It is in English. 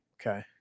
Okay